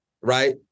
right